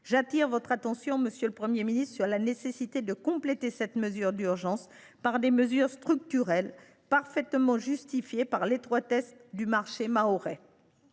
J’appelle votre attention, monsieur le ministre, sur la nécessité de compléter cette mesure d’urgence par des mesures structurelles parfaitement justifiées par l’étroitesse du marché mahorais.